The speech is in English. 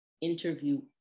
interview